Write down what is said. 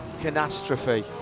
catastrophe